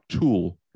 tool